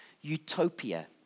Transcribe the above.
Utopia